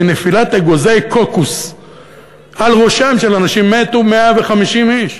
מנפילת אגוזי קוקוס על ראשם של אנשים מתו 150 איש.